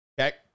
okay